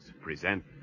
present